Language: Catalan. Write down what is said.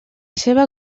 seva